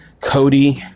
Cody